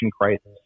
crisis